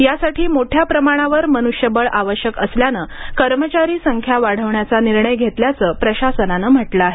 यासाठी मोठ्या प्रमाणावर मन्ष्यबळ आवश्यक असल्याने कर्मचारी संख्या वाढवण्याचा निर्णय घेतल्याचं प्रशासनानं म्हटलं आहे